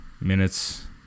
minutes